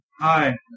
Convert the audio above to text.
Hi